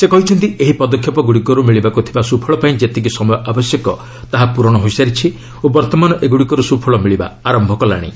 ସେ କହିଛନ୍ତି ଏହି ପଦକ୍ଷେପଗୁଡ଼ିକରୁ ମିଳିବାକୁ ଥିବା ସୁଫଳ ପାଇଁ ଯେତିକି ସମୟ ଆବଶ୍ୟକ ତାହା ପ୍ରରଣ ହୋଇସାରିଛି ଓ ବର୍ତ୍ତମାନ ଏଗ୍ରଡ଼ିକର୍ ସ୍ୱଫଳ ମିଳିବା ଆରମ୍ଭ କଲାଶି